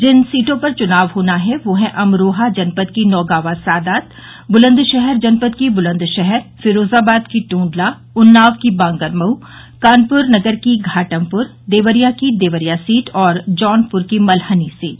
जिन सीटों पर चुनाव होना है वे है अमरोहा जनपद की नौगावा सादात बुलन्दशहर जनपद की बुलन्दशहर फिरोजाबाद की टूडला उन्नाव की बांगरमऊ कानपुर नगर की घाटमपुर देवरिया की देवरिया सीट और जौनपुर की मल्हनी सीट